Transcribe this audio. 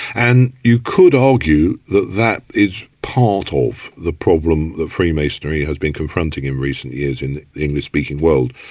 and you could argue that that is part ah of the problem that freemasonry has been confronted in recent years in the english speaking world.